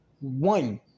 One